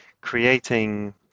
creating